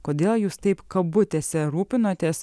kodėl jūs taip kabutėse rūpinotės